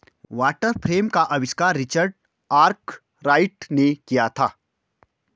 water frame का आविष्कार Richard Arkwright ने किया था